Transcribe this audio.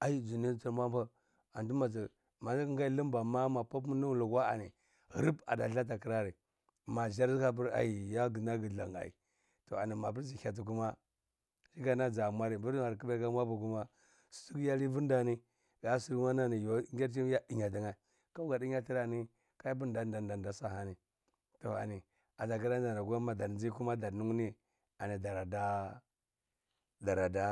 aizn anti maza mazn gai thmbama ani mag pwapu malukwa ani thlb ani atakra ri ma ɗzar atapr ayya gna gthan ai apr zhyati kuma shikenan za mwari vr ni may knbbai aka mwapul kuma sucyali nɗani ga siwanani ngyar tini ya ɗnya tnae ga ɗinyatrani kapr nda ndan nɗa ahanini maɗarnzi kuma madar muni ani ɗanɗa daraɗa.